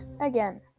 again